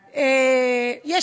מסוכן?